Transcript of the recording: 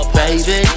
baby